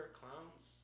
clowns